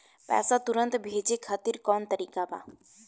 पैसे तुरंत भेजे खातिर कौन तरीका बा?